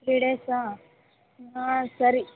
three ಡೇಸಾ ಹಾಂ ಸರಿ